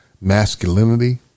masculinity